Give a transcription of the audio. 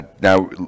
now